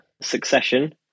Succession